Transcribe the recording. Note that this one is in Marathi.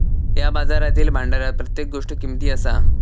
या बाजारातील भांडारात प्रत्येक गोष्ट किमती असा